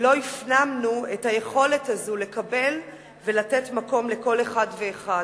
לא הפנמנו את היכולת הזאת לקבל ולתת מקום לכל אחד ואחד.